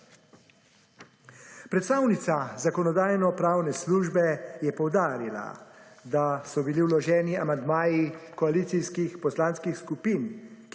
Predstavnica Zakonodajno-pravne službe je poudarila, da so bili vloženi amandmaji koalicijskih poslanskih skupin,